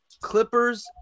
Clippers